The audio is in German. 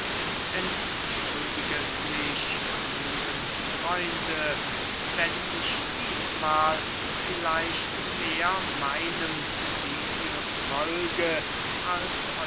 entschuldiget mich lieben freunde wenn ich dießmahl vielmehr meinem genius folge als